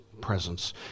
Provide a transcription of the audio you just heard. presence